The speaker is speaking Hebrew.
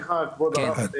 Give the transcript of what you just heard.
כבוד הרב,